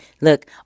Look